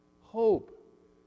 Hope